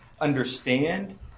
understand